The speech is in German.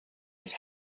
ist